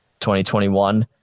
2021